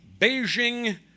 Beijing